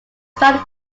started